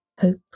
hope